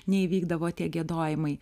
neįvykdavo tie giedojimai